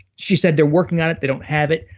she said they're working on it, they don't have it.